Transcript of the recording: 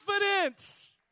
Confidence